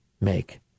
make